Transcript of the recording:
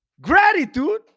Gratitude